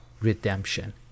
redemption